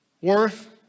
worth